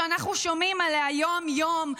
שאנחנו שומעים עליה יום-יום,